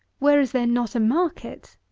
where is there not a market?